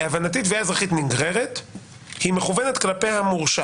להבנתי, תביעה כזאת מכוונת כלפי המורשע